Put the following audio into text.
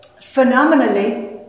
phenomenally